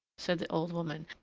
said the old woman,